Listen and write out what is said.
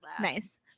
Nice